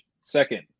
Second